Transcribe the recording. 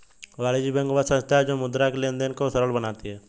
वाणिज्य बैंक वह संस्था है जो मुद्रा के लेंन देंन को सरल बनाती है